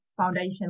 foundation